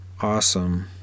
awesome